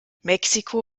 mexiko